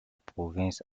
province